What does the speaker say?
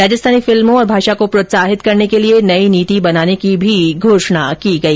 राजस्थानी फिल्मों और भाषा को प्रोत्साहित करने के लिए नई नीति बनाने की भी घोषणा की गई